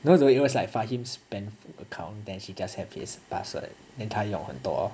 no though it was like fahim's spam account then she just have his password then 她用很多